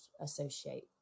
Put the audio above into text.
associate